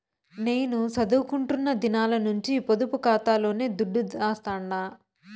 నేను సదువుకుంటున్న దినాల నుంచి పొదుపు కాతాలోనే దుడ్డు దాస్తండా